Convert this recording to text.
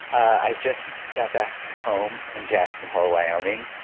i just got back home in jackson hole, wyoming.